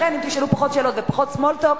ולכן אם תשאלו פחות שאלות ותעשו פחות small talk,